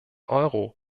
euro